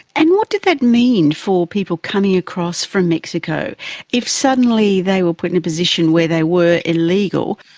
and what did that mean for people coming across from mexico if suddenly they were put in a position where they were illegal?